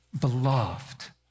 beloved